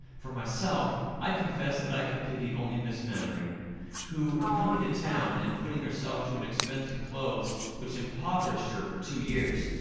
for myself, i confess that i can pity only miss mainwaring who, coming to town, and putting herself to an expense in clothes which impoverished her for two years,